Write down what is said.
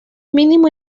mínimo